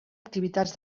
activitats